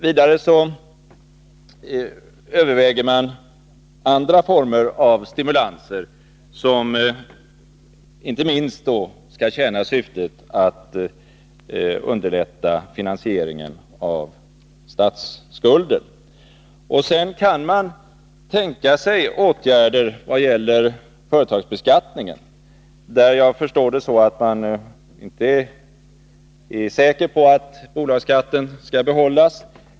Vidare överväger man andra former av stimulanser, som inte minst skall tjäna syftet att underlätta finansieringen av statsskulden. Sedan kan man tänka sig åtgärder vad gäller företagsbeskattningen. Jag förstår det så att man inte är säker på att bolagsskatten skall behållas.